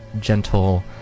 gentle